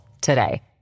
today